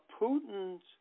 Putin's